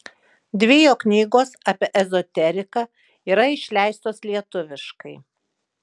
dvi jo knygos apie ezoteriką yra išleistos lietuviškai